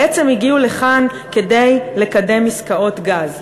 בעצם הגיעו לכאן כדי לקדם עסקאות גז,